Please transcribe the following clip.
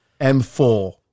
M4